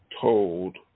told